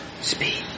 speed